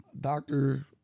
doctor